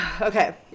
Okay